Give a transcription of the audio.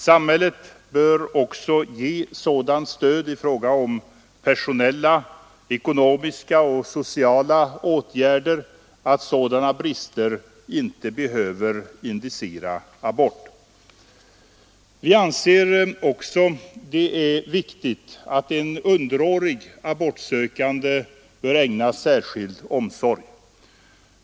Samhället bör också ge sådant stöd i fråga om personella, ekonomiska och sociala åtgärder att problem av det slaget inte behöver indikera abort. Vi anser också att det är viktigt att en underårig abortsökande ägnas särskild omsorg.